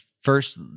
first